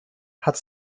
hat